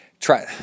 try